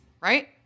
right